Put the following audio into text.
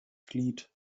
glied